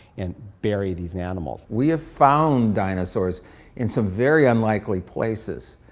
and bury these animals. we have found dinosaurs in some very unlikely places,